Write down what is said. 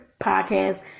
podcast